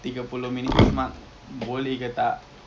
ah jewel boleh juga kat jewel